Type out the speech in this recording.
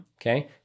Okay